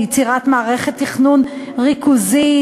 ביצירת מערכת תכנון ריכוזית,